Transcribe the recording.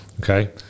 okay